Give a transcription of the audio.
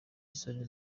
isoni